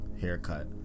haircut